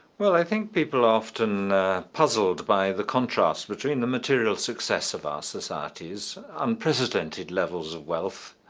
well, i think people often are puzzled by the contrast between the material success of our societies unprecedented levels of wealth